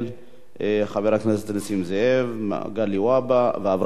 נסים זאב, מגלי והבה ואברהם מיכאלי.